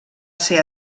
ser